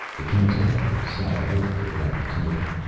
the council members sat alertly around the table.